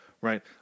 Right